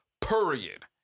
Period